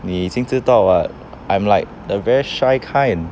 你已经知道 [what] I'm like the very shy kind